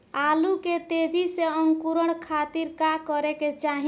आलू के तेजी से अंकूरण खातीर का करे के चाही?